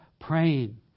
praying